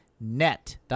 .net